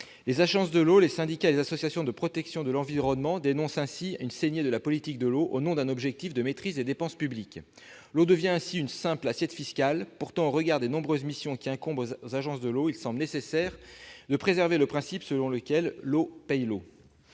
Les agences de l'eau, les syndicats et les associations de protection de l'environnement dénoncent cette saignée pratiquée au nom de la maîtrise des dépenses publiques. L'eau devient ainsi une simple assiette fiscale. Pourtant, compte tenu des nombreuses missions qui incombent aux agences de l'eau, il semble nécessaire de préserver le principe selon lequel « l'eau paie l'eau